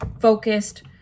focused